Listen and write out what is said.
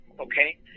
okay